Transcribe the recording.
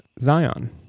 Zion